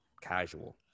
casual